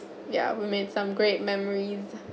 ya we made some great memories